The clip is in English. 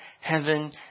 heaven